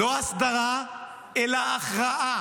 לא הסדרה אלא הכרעה.